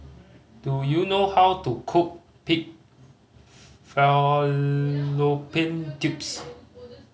do you know how to cook pig fallopian tubes